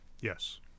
Yes